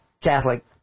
Catholic